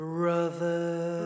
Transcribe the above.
Brother